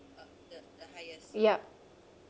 yup